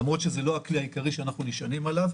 למרות שזה לא הכלי העיקרי שאנחנו נשענים עליו.